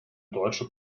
deutsche